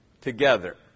together